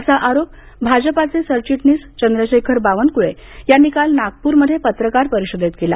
असा आरोप भाजपा चे सरचिटणीस चंद्रशेखर बावनकुळे यांनी काल नागपुरमध्ये पत्रकार परिषदेत केला